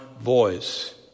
voice